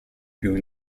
più